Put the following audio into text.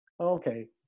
Okay